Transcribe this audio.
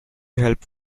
help